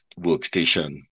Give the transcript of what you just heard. workstation